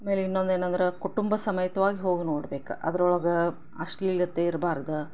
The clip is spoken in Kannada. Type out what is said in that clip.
ಆಮೇಲೆ ಇನ್ನೊಂದೇನಂದ್ರೆ ಕುಟುಂಬ ಸಮೇತ್ವಾಗಿ ಹೋಗಿ ನೋಡ್ಬೇಕು ಅದ್ರೊಳಗೆ ಅಶ್ಲೀಲತೆ ಇರ್ಬಾರ್ದು